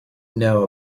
know